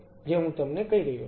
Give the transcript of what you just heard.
જે હું તમને કહી રહ્યો છું